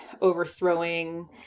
overthrowing